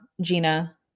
Gina